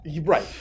Right